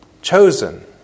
Chosen